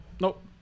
nope